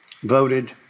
voted